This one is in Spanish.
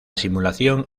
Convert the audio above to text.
simulación